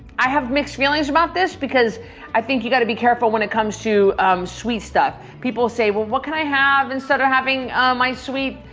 i have mixed feelings about this because i think you gotta be careful when it comes to sweet stuff. people say, well, what can i have instead of having my sweet?